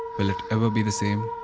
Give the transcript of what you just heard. it ever be the same